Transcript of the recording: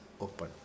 open